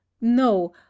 No